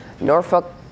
Norfolk